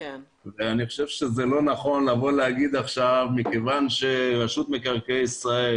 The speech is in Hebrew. אני חושב שזה לא נכון לבוא ולומר עכשיו שמכיוון שרשות מקרקעי ישראל